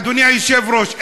אדוני היושב-ראש,